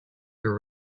your